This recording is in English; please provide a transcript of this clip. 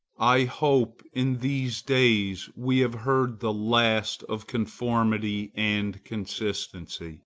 i hope in these days we have heard the last of conformity and consistency